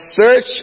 search